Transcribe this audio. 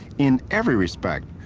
in every respect,